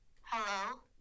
Hello